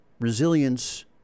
resilience